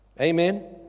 Amen